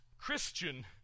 Christian